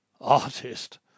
Artist